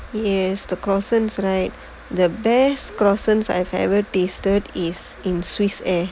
yes the croissant right the best croissant I've ever tasted is in swiss air